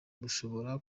bushobora